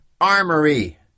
armory